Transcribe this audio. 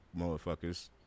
motherfuckers